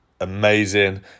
amazing